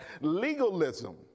legalism